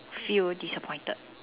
feel disappointed